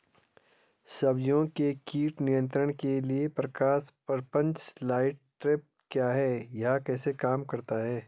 सब्जियों के कीट नियंत्रण के लिए प्रकाश प्रपंच लाइट ट्रैप क्या है यह कैसे काम करता है?